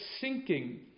sinking